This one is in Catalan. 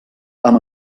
amb